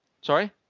Sorry